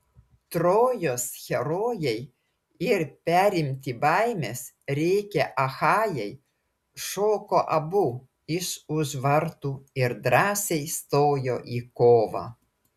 trojos herojai ir perimti baimės rėkia achajai šoko abu iš už vartų ir drąsiai stojo į kovą